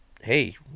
hey